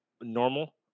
normal